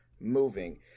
moving